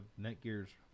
Netgear's